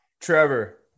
Trevor